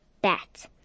Bat